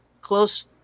Close